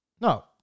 No